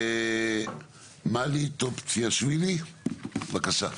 מלי טופצ'יאשוילי, בבקשה.